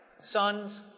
Sons